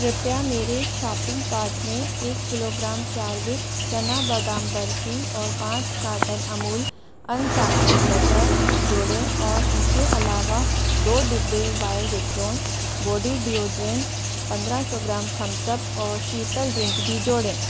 कृपया मेरे shopping cart में एक किलोग्राम चारविक चना बादाम बर्फी और पाँच कार्टन अमूल अनसाल्टेड बटर जोड़ें और इनके अलावा दो डिब्बे वाइल्ड स्टोन बॉडी डिओडरेंट पंद्रह सौ ग्राम थम्स अप और शीतल ड्रिंक भी जोड़ें